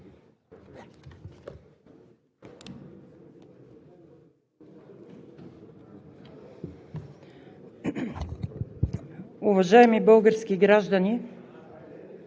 Уважаеми български граждани!